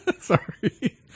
Sorry